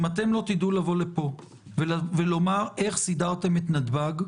אם אתם לא תדעו לבוא לפה ולומר איך סידרת את נתב"ג,